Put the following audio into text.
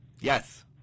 Yes